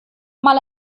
mal